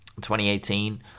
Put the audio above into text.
2018